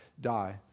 die